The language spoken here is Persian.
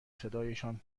صدایشان